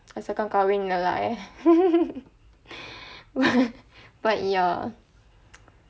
asalkan kahwin eh but ya